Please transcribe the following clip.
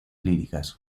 líricas